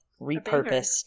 repurposed